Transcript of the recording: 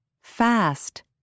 Fast